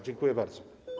Dziękuję bardzo.